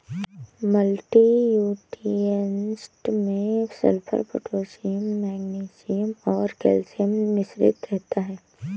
multi nutrients में sulphur, potassium magnesium और calcium मिश्रित रहता है